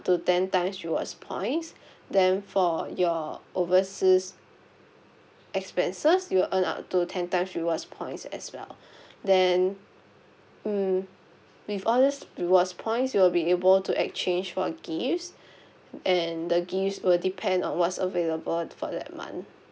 to ten times rewards points then for your overseas expenses you will earn up to ten times rewards points as well then mm with all these rewards points you will be able to exchange for gifts and the gifts will depend on what's available for that month